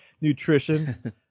nutrition